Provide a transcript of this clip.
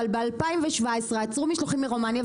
אבל ב- 2017 עצרו משלוחים מרומניה,